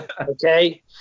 Okay